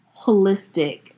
holistic